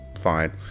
fine